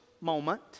moment